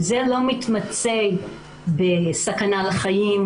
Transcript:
זה לא מתמצא בסכנה לחיים,